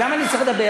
גם אני צריך לדבר,